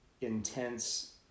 intense